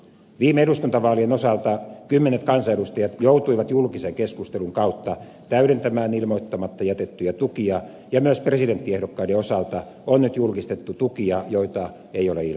viime eduskuntavaalien osalta kymmenet kansanedustajat joutuivat julkisen keskustelun kautta täydentämään ilmoittamatta jätettyjä tukia ja myös presidenttiehdokkaiden osalta on nyt julkistettu tukia joita ei ole ilmoitettu